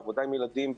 בעבודה עם ילדים,